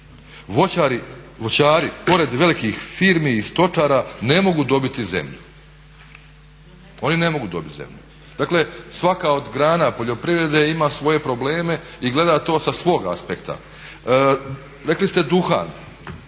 Voćari, pored velikih firmi i stočara, ne mogu dobiti zemlju, oni ne mogu dobiti zemlju. Dakle, svaka od grana poljoprivrede ima svoje probleme i gleda to sa svog aspekta. Rekli ste duhan,